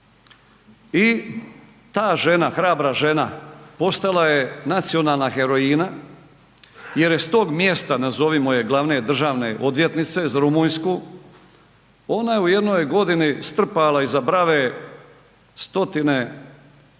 i ta žena, hrabra žena postala je nacionalna heroina jer je s tog mjesta, nazovimo je glavne državne odvjetnice za Rumunjsku, ona je u jednoj godini strpala iza brave stotine najviših